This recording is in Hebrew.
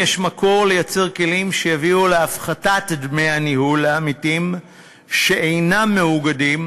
יש מקום לייצר כלים שיביאו להפחתת דמי הניהול לעמיתים שאינם מאוגדים,